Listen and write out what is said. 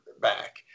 back